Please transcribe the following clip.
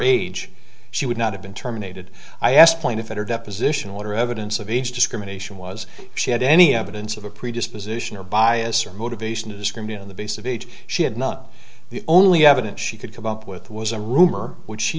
age she would not have been terminated i asked plaintiff in her deposition what are evidence of age discrimination was she had any evidence of a predisposition or bias or motivation to discriminate on the basis of age she had not the only evidence she could come up with was a rumor which she